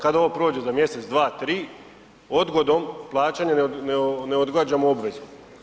Kad ovo prođe za mjesec, dva, tri, odgodom plaćanja ne odgađamo obvezu.